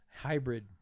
hybrid